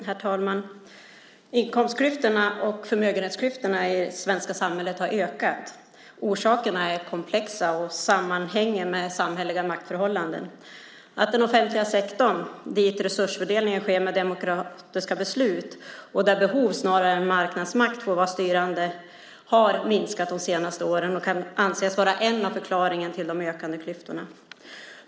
Herr talman! Inkomstklyftorna och förmögenhetsklyftorna i det svenska samhället har ökat. Orsakerna är komplexa och sammanhänger med samhälleliga maktförhållanden. Att den offentliga sektorn, dit resursfördelningen sker med demokratiska beslut och där behov snarare än marknadsmakt får vara styrande, har minskat de senaste åren kan anses vara en av förklaringarna till de ökande klyftorna.